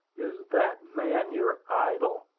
is that man your idol?